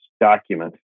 document